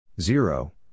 Zero